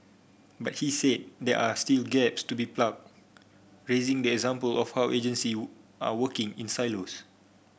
but he said there are still gaps to be plugged raising the example of how agency are working in silos